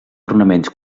ornaments